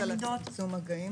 בצמצום מגעים?